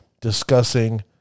discussing